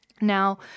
Now